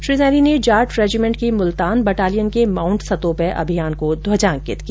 श्री सैनी ने जाट रेजिमेंट की मुल्तान बटालियन के माउंट सतोपय अभियान को ध्वजान्कित किया